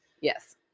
Yes